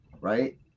Right